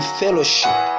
fellowship